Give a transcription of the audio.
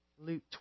Luke